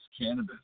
cannabis